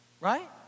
right